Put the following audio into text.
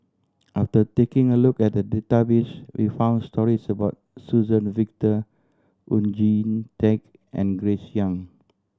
after taking a look at the database we found stories about Suzann Victor Oon Jin Teik and Grace Young